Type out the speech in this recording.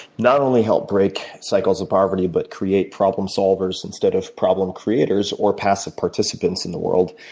not only help break cycles of poverty but create problem solvers instead of problem creators or passive participants in the world,